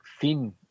thin